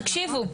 תקשיבו,